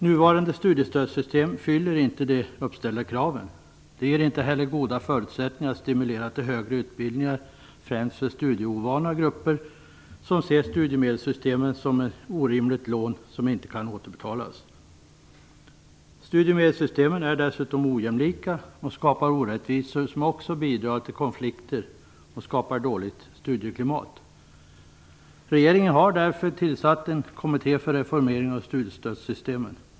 Nuvarande studiestödssystem fyller inte de uppställda kraven. Det ger inte heller goda förutsättningar att stimulera till högre utbildningar främst för studieovana grupper som ser studiemedelssystemen som ett orimligt lån som inte kan återbetalas. Studiemedelssystemen är dessutom ojämlika och skapar orättvisor som också bidrar till konflikter och skapar dåligt studieklimat. Regeringen har därför tillsatt en kommitté för reformering av studiestödssystemen.